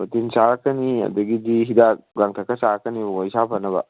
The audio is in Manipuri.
ꯄ꯭ꯔꯣꯇꯤꯟ ꯆꯥꯔꯛꯀꯅꯤ ꯑꯗꯒꯤꯗꯤ ꯍꯤꯗꯥꯛ ꯂꯥꯡꯊꯛ ꯈꯔ ꯆꯥꯔꯛꯀꯅꯦꯕꯀꯣ ꯏꯁꯥ ꯐꯅꯕ